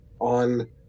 on